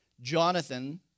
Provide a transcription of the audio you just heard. Jonathan